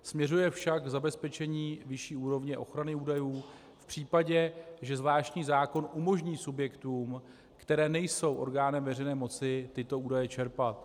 Směřuje však k zabezpečení vyšší úrovně ochrany údajů v případě, že zvláštní zákon umožní subjektům, které nejsou orgánem veřejné moci, tyto údaje čerpat.